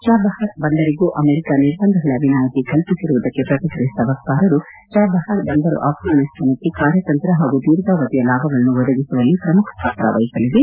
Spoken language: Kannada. ಚಾಬಹಾರ್ ಬಂದರಿಗೂ ಅಮೆರಿಕ ನಿರ್ಬಂಧಗಳ ವಿನಾಯಿತಿ ಕಲ್ಪಿಸಿರುವುದಕ್ಕೆ ಪ್ರತಿಕ್ರಿಯಿಸಿದ ವಕ್ತಾರರು ಚಾಬಹಾರ್ ಬಂದರು ಅಫ್ನಾನಿಸ್ತಾನಕ್ಕೆ ಕಾರ್ಯತಂತ್ರ ಹಾಗೂ ದೀರ್ಘಾವಧಿಯ ಲಾಭಗಳನ್ನು ಒದಗಿಸುವಲ್ಲಿ ಪ್ರಮುಖ ಪಾತ್ರ ವಹಿಸಲಿದೆ